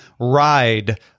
ride